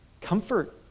comfort